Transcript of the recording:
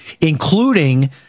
including